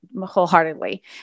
wholeheartedly